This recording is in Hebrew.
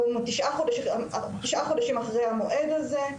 אנחנו תשעה חודשים אחרי המועד הזה,